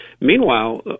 Meanwhile